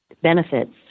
benefits